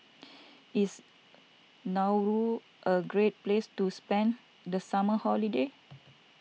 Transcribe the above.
Is Nauru a great place to spend the summer holiday